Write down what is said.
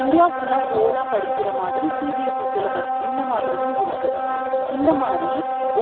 India ஃபுல்லாக ஹோலாக படிக்கிற மாதிரி சிபிஎஸ்இ சிலபஸ் இந்தமாதிரியும் இருக்குது இந்தமாதிரி